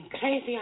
crazy